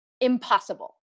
impossible